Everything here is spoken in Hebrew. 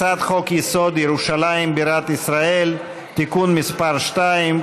הצעת חוק-יסוד: ירושלים בירת ישראל (תיקון מס' 2),